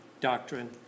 doctrine